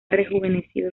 rejuvenecido